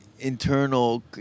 Internal